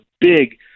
big